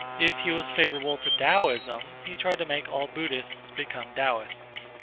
if he was favorable to taoism he tried to make all buddhists become taoists.